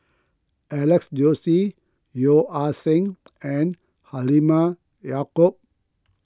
Alex Josey Yeo Ah Seng and Halimah Yacob